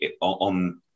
on